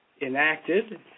enacted